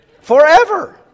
Forever